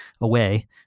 away